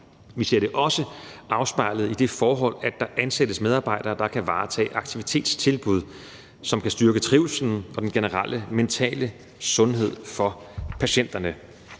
Vi ser det også afspejlet i det forhold, at der ansættes medarbejdere, der kan varetage aktivitetstilbud, som kan styrke trivslen og den generelle mentale sundhed for patienterne,